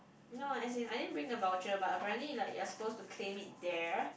no as in I didn't bring the voucher but apparently like you're supposed to claim it there